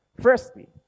Firstly